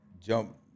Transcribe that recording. jump